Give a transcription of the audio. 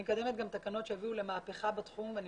אני גם מקדמת תקנות שיביאו למהפכה בתחום ואני